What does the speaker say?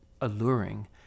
alluring